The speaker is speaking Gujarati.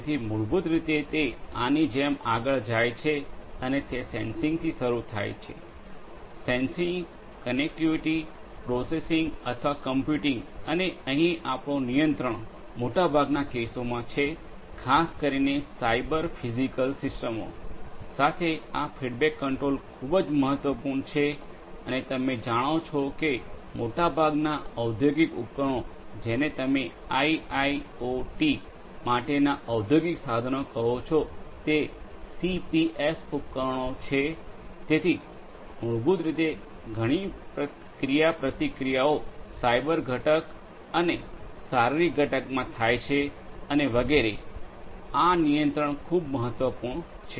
તેથી મૂળભૂત રીતે તે આની જેમ આગળ જાય છે અને તે સેન્સિંગ થી શરૂ થાય છે સેન્સિંગ કનેક્ટિવિટી પ્રોસેસિંગ અથવા કમ્પ્યુટિંગ અને અહીં આપણો નિયંત્રણ મોટાભાગના કેસોમાં છે ખાસ કરીને સાયબર ફિઝિકલ સિસ્ટમો સાથે આ ફીડબેક કંટ્રોલ ખૂબ જ મહત્વપૂર્ણ છે અને તમે જાણો છો કે મોટાભાગના ઔદ્યોગિક ઉપકરણો જેને તમે આઇઆઇઓટી માટેના ઔદ્યોગિક સાધનો કહો છો તે સીપીએસ ઉપકરણો છે તેથી મૂળભૂત રીતે ઘણી ક્રિયાપ્રતિક્રિયાઓ સાયબર ઘટક અને શારીરિક ઘટકમા થાય છે અને વગેરે આ નિયંત્રણ ખૂબ મહત્વપૂર્ણ છે